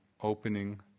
opening